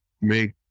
make